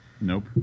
Nope